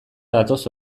datoz